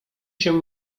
się